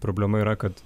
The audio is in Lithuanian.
problema yra kad